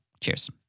Cheers